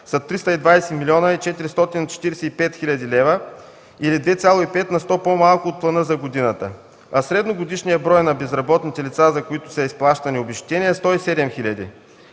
са 320 млн. 445 хил. лв., или 2,5 на сто по-малко от плана за годината. Средногодишният брой на безработните лица, за които са изплащани обезщетения, е 107 хиляди.